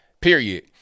Period